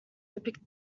depicted